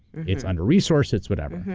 it's under resourced, it's whatever.